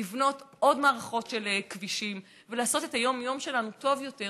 לבנות עוד מערכות של כבישים ולעשות את היום-יום שלנו טוב יותר,